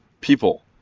people